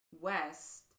West